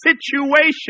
situation